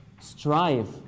strive